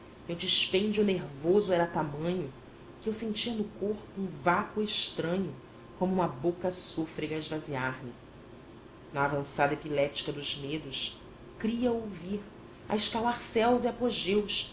meu dispêndio nervoso era tamanho que eu sentia no corpo um vácuo estranho como uma boca sôfrega a esvaziar me na avan çada epilética dos medos cria ouvir a escalar céus e